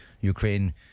Ukraine